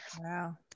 Wow